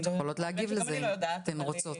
אתן יכולות להגיב לזה אם אתן רוצות.